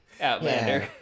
Outlander